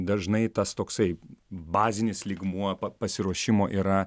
dažnai tas toksai bazinis lygmuo pasiruošimo yra